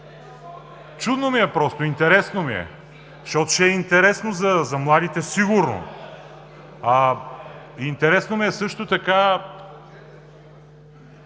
Чудно ми е просто, интересно ми е. Защото ще е интересно за младите сигурно. Интересно ми е също така…